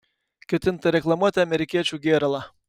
ketinta reklamuoti amerikiečių gėralą